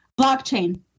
blockchain